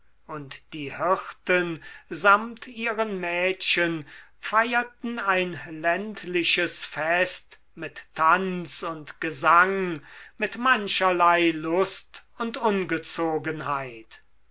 und die hirten samt ihren mädchen feierten ein ländliches fest mit tanz und gesang mit mancherlei lust und ungezogenheit